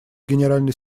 генеральный